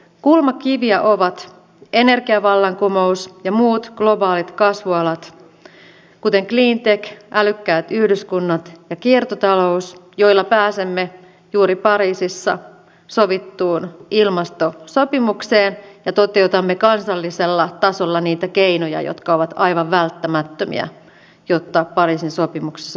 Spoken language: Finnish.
kulmakiviä ovat energiavallankumous ja muut globaalit kasvualat kuten cleantech älykkäät yhdyskunnat ja kiertotalous joilla pääsemme juuri pariisissa sovittuun ilmastosopimukseen ja toteutamme kansallisella tasolla niitä keinoja jotka ovat aivan välttämättömiä jotta pariisin sopimuksessa pysymme